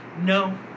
No